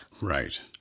Right